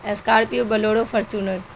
scorpio bolero Fortuner